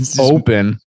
open